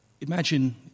Imagine